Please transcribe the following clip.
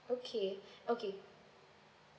okay okay